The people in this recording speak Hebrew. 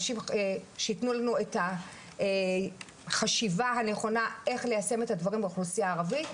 שיתנו לנו את החשיבה הנכונה איך ליישם את הדברים באוכלוסייה הערבית,